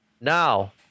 Now